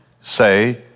Say